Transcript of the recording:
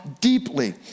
deeply